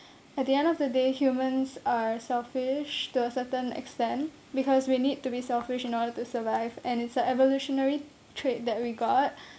at the end of the day humans are selfish to a certain extent because we need to be selfish in order to survive and it's an evolutionary trait that regard